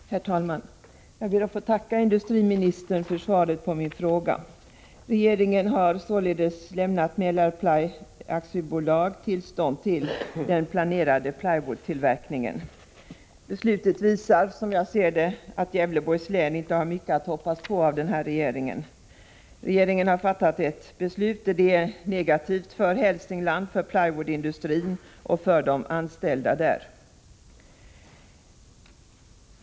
Herr talman! Jag ber att få tacka industriministern för svaret på min fråga. Regeringen har således lämnat Mälarply AB tillstånd till den planerade plywoodtillverkningen. Beslutet visar, som jag ser det, att Gävleborgs län inte har mycket att hoppas på av den här regeringen. Regeringen har fattat ett beslut; det är negativt för Hälsingland, för plywoodindustrin och för de anställda i den.